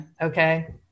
Okay